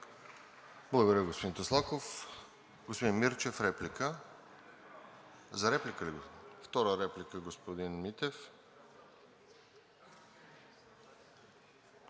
Благодаря, господин Таслаков. Господин Мирчев за реплика. За реплика ли? Втора реплика – господин Митев.